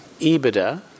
EBITDA